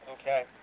Okay